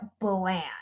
bland